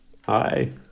Hi